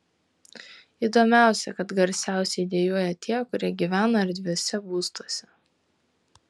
įdomiausia kad garsiausiai dejuoja tie kurie gyvena erdviuose būstuose